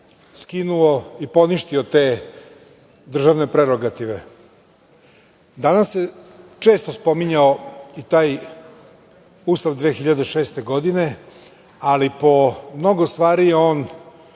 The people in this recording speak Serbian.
skinuo i poništio te državne prerogative. Danas se često spominjao i taj Ustav iz 2006. godine, ali po mnogo stvari je on